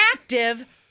active